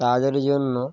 তাদের জন্য